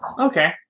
Okay